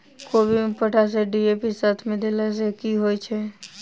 कोबी मे पोटाश आ डी.ए.पी साथ मे देला सऽ की होइ छै?